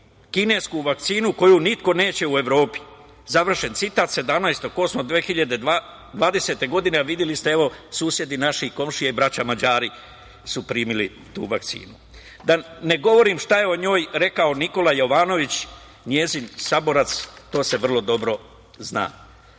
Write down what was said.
kinesku vakcinu koju niko neće u Evropi?“, završen citat, 17. avgusta 2020. godine. A videli ste, evo, susedi naši, komšije i braća Mađari su primili tu vakcinu. Da ne govorim šta je o njoj rekao Nikola Jovanović, njezin saborac, to se vrlo dobro zna. Kada